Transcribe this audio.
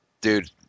Dude